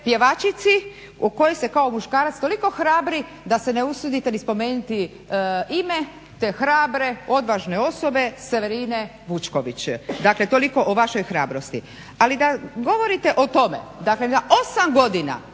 pjevačici o kojoj se kao muškarac toliko hrabri da se ne usudite ni spomenuti ime, te hrabre odvažne osobe Severine Vučković. Dakle, toliko o vašoj hrabrosti. Ali da govorite, dakle da 8 godina